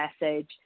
message